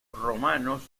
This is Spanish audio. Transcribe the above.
romanos